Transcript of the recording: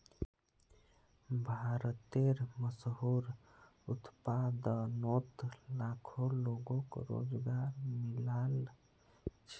भारतेर मशहूर उत्पादनोत लाखों लोगोक रोज़गार मिलाल छे